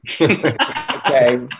Okay